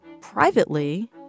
privately—